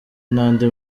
n’andi